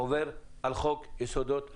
עובר על חוק יסודות התקציב.